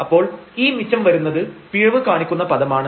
അപ്പോൾ ഈ മിച്ചം വരുന്നത് പിഴവ് കാണിക്കുന്ന പദമാണ്